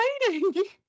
exciting